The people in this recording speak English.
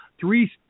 three